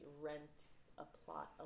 rent-a-plot